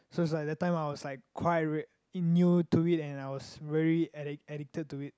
so is like that time I was like quite in new to it and I was very addict addicted to it